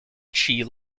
chee